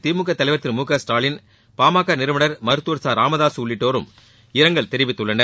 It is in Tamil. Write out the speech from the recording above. திமுக தலைவர் திரு முகஸ்டாலின் பாமக நிறுவனர் மருத்துவர் ச ராமதாக உள்ளிட்டோரும் இரங்கல் தெரிவித்துள்ளனர்